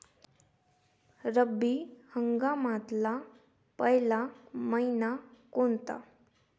रब्बी हंगामातला पयला मइना कोनता?